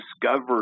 discovered